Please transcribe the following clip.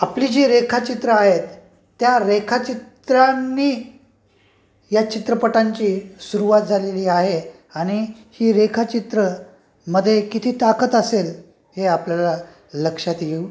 आपली जी रेखाचित्र आहेत त्या रेखाचित्रांनी या चित्रपटांची सुरुवात झालेली आहे आणि ही रेखाचित्र मध्ये किती ताकत असेल हे आपल्याला लक्षात येऊ